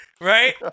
Right